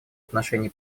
отношении